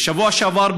בשבוע שעבר,